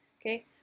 Okay